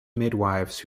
midwives